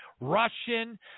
Russian